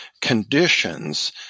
conditions